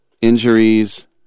Injuries